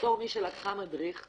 בתור מי שלקחה מדריך,